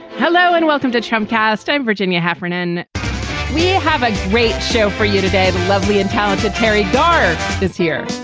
hello and welcome to tramcars time, virginia heffernan we have a great show for you today. the lovely and talented terry dar's is here